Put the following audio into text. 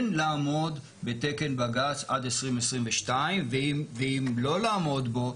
לעמוד בתקן בג"צ עד 2022 ואם לא לעמוד בו,